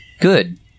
Good